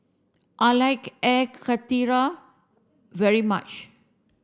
I like Air Karthira very much